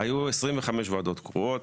היו 25 ועדות קרואות.